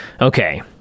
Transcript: Okay